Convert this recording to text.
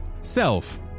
self